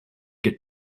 get